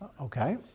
Okay